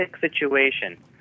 situation